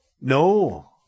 No